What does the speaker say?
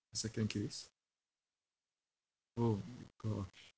second case oh my gosh